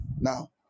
Now